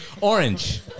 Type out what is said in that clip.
Orange